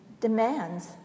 demands